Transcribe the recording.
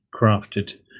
crafted